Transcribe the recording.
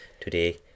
Today